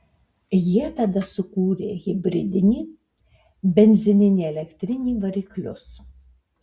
jie tada sukūrė hibridinį benzininį elektrinį variklius